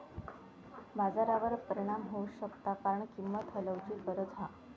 बाजारावर परिणाम होऊ शकता कारण किंमत हलवूची गरज हा